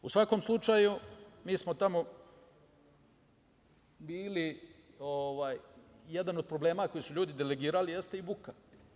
U svakom slučaju, mi smo tamo bili i jedan od problema koji su ljudi delegirali jeste i buka.